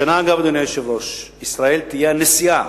השנה, אגב, אדוני היושב-ראש, ישראל תהיה הנשיאה